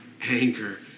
anger